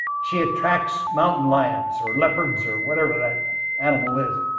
she attracts mountain lions or leopards or whatever that animal is.